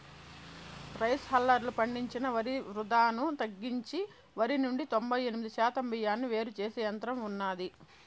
rice హల్లర్లు పండించిన వరి వృధాను తగ్గించి వరి నుండి తొంబై ఎనిమిది శాతం బియ్యాన్ని వేరు చేసే యంత్రం ఉన్నాది